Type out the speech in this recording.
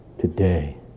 Today